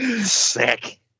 Sick